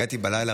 הגעתי בלילה,